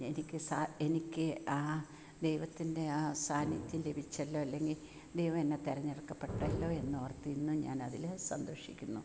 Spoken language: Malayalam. എനിക്ക് എനിക്ക് ആ ദൈവത്തിൻ്റെ ആ സാന്നിധ്യം ലഭിച്ചല്ലോ അല്ലെങ്കിൽ ദൈവം എന്നെ തെരഞ്ഞെടുക്കപ്പെട്ടല്ലോ എന്ന് ഓ ർത്ത് ഇന്നും ഞാൻ അതിൽ സന്തോഷിക്കുന്നു